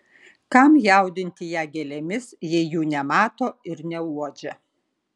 kam jaudinti ją gėlėmis jei jų nemato ir neuodžia